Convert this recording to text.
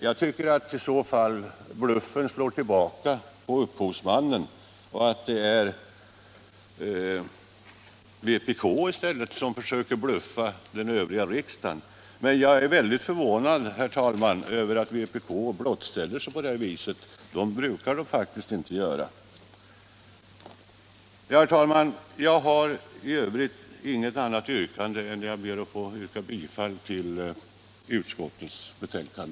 Jag tycker att bluffanklagelsen under sådana förhållanden slår tillbaka mot upphovsmännen själva och att det i stället är vpk som försöker bluffa den övriga delen av riksdagen. Men jag är väldigt förvånad, herr talman, över att vpk blottställer sig på detta sätt; det brukar man faktiskt inte göra. Jag har, herr talman, inget annat yrkande än om bifall till utskottets förslag.